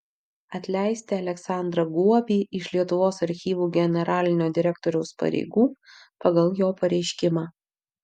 atleisti aleksandrą guobį iš lietuvos archyvų generalinio direktoriaus pareigų pagal jo pareiškimą